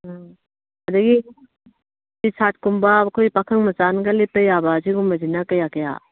ꯎꯝ ꯑꯗꯒꯤ ꯇꯤꯁꯥꯔꯠꯀꯨꯝꯕ ꯑꯩꯈꯣꯏꯒꯤ ꯄꯥꯈꯪ ꯃꯆꯥꯅꯒ ꯂꯤꯠꯄ ꯌꯥꯕ ꯑꯁꯤꯒꯨꯝꯕꯁꯤꯅ ꯀꯌꯥ ꯀꯌꯥ